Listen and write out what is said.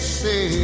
say